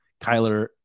Kyler